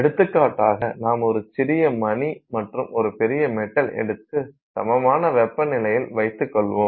எடுத்துக்காட்டாக நாம் ஒரு சிறிய மணி மற்றும் ஒரு பெரிய மெட்டல் எடுத்து சமமான வெப்பநிலையில் வைத்துக்கொள்வோம்